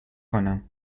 کنم